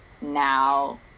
now